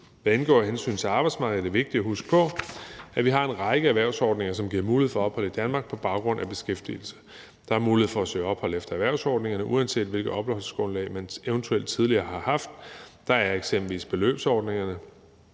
Hvad angår hensynet til arbejdsmarkedet, er det vigtigt at huske på, at vi har en række erhvervsordninger, som giver mulighed for ophold i Danmark på baggrund af beskæftigelse. Der er mulighed for at søge opholdstilladelse efter erhvervsordningerne, uanset hvilket opholdsgrundlag man eventuelt tidligere har haft. Der er eksempelvis beløbsordningerne